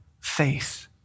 faith